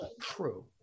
True